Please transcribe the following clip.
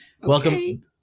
Welcome